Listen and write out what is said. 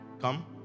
come